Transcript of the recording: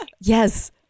Yes